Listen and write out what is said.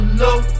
low